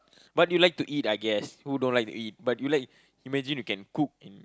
but you like to eat I guess who don't like to eat but you like imagine you can cook and